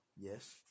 Yes